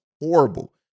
horrible